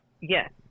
Yes